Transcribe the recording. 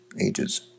ages